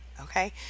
okay